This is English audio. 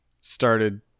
started